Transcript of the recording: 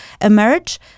emerge